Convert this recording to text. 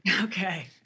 Okay